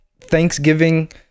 Thanksgiving